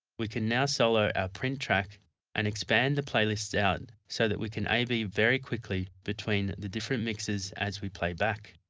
we can now solo our print track and expand the playlists out so that we can a b very quickly between the different mixes as we play back.